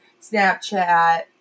Snapchat